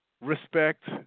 respect